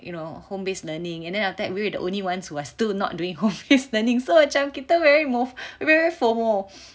you know home based learning and then after that we were the only ones who are still not doing home based learning so macam kita very move very FOMO